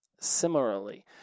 similarly